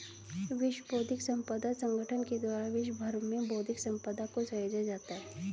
विश्व बौद्धिक संपदा संगठन के द्वारा विश्व भर में बौद्धिक सम्पदा को सहेजा जाता है